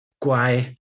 guai